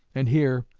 and here,